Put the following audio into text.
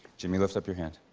jimmy, lift up your hand.